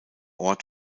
ort